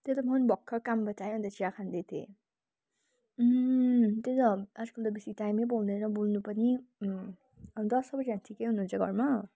त्यही त म पनि भर्खर कामबाट आएँ अन्त चिया खाँदै थिएँ त्यही त आजकल त बेसी टाइमै पाउँदैन बोल्नु पनि अन्त सबैजना ठिकै हुनुहुन्छ घरमा